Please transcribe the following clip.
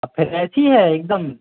सब फ्रेश ही है एकदम